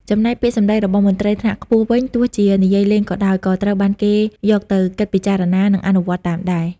ចំណែកពាក្យសម្ដីរបស់មន្ត្រីថ្នាក់ខ្ពស់វិញ ទោះជានិយាយលេងក៏ដោយ ក៏ត្រូវបានគេយកទៅគិតពិចារណា និងអនុវត្តតាមដែរ។